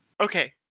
Okay